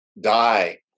die